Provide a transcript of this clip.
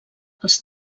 els